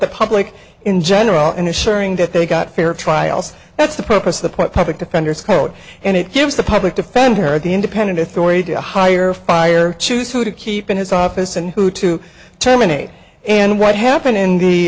the public in general and assuring that they got fair trials that's the purpose of the point public defenders code and it gives the public defender of the independent authority to hire fire choose who to keep in his office and who to terminate and what happened in the